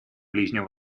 ближнем